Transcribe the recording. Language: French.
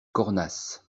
cornas